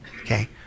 Okay